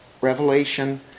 Revelation